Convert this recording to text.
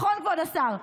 נכון, כבוד השר?